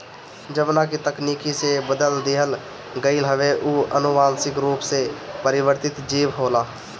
जवना के तकनीकी से बदल दिहल गईल हवे उ अनुवांशिक रूप से परिवर्तित जीव होला